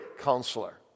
counselor